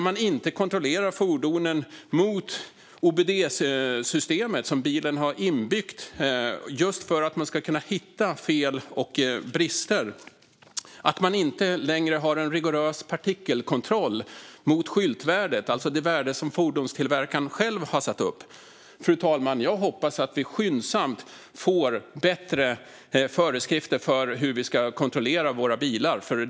Man kontrollerar inte fordonen mot OBD-systemet, som bilen har inbyggt just för att man ska kunna hitta fel och brister. Man har inte längre en rigorös partikelkontroll mot skyltvärdet, alltså det värde som fordonstillverkaren själv har satt upp. Fru talman! Jag hoppas att vi skyndsamt får bättre föreskrifter för hur våra bilar ska kontrolleras.